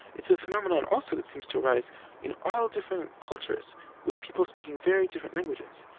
it's a phenomenon also that seems to arise in all different cultures with people speaking very different languages.